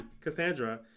Cassandra